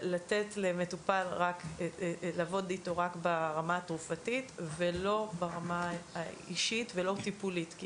לעבוד עם מטופל רק ברמה התרופתית ולא ברמה האישית ולא טיפולית.